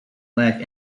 lack